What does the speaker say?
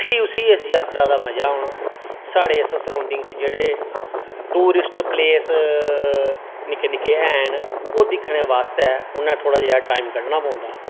फ्ही उसी इस यात्रा दा मजा औना साढ़े इस सरोंड़िगं च जेहड़े टूरिस्ट पलेस निक्के निक्के हैन ओह् दिक्खने आस्ते उनें थोह्ड़ा जेहा टाइम कड्ढना पौंदा